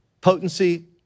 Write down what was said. potency